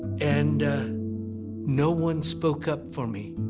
and no one spoke up for me.